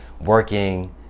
working